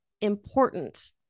important